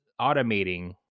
automating